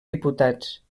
diputats